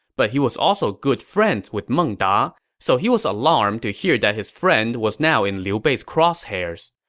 but he was also good friends with meng da, so he was alarmed to hear that his friend was now in liu bei's crosshairs.